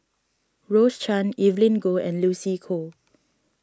Rose Chan Evelyn Goh and Lucy Koh